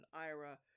IRA